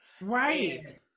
Right